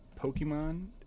Pokemon